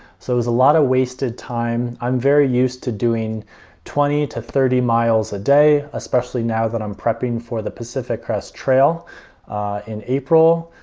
so there's a lot of wasted time. i'm very used to doing twenty to thirty miles a day, especially now that i'm prepping for the pacific crest trail in april.